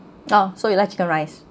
oh so you like chicken rice